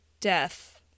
death